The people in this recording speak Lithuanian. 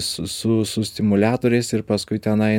su su su stimuliatoriais ir paskui tenai